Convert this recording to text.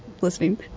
listening